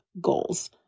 goals